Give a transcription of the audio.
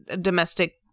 domestic